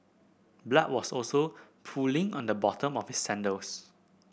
blood was also pooling on the bottom of his sandals